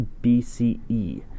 BCE